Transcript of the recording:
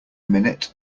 minute